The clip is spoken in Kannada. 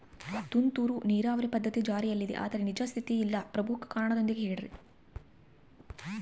ತುಂತುರು ನೇರಾವರಿ ಪದ್ಧತಿ ಜಾರಿಯಲ್ಲಿದೆ ಆದರೆ ನಿಜ ಸ್ಥಿತಿಯಾಗ ಇಲ್ಲ ಪ್ರಮುಖ ಕಾರಣದೊಂದಿಗೆ ಹೇಳ್ರಿ?